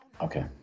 Okay